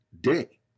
day